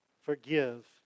forgive